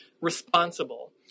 responsible